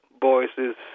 voices